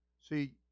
See